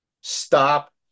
Stop